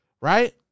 right